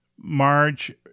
Marge